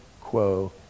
quo